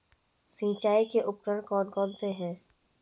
सिंचाई के उपकरण कौन कौन से हैं?